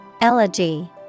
Elegy